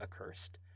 accursed